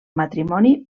matrimoni